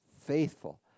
faithful